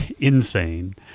insane